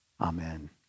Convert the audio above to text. amen